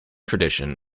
tradition